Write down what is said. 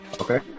Okay